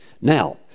Now